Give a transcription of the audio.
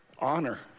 honor